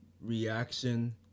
reaction